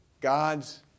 God's